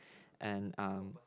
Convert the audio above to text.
and um